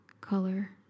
color